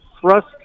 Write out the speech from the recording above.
thrust